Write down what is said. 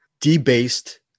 debased